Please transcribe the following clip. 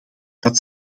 dat